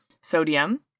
sodium